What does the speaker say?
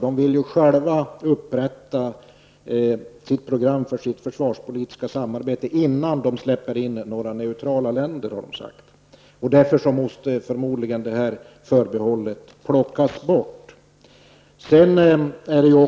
De vill själva upprätta sitt program för sitt försvarspolitiska samarbete innan de släpper in några neutrala länder. Därför måste förmodligen förbehållet plockas bort.